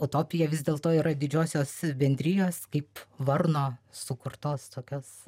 utopija vis dėlto yra didžiosios bendrijos kaip varno sukurtos tokios